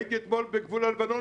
הייתי אתמול בגבול הלבנון.